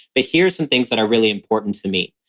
but here's some things that are really important to me,